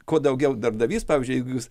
kuo daugiau darbdavys pavyzdžiui jeigu jus